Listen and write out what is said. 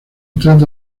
trata